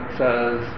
says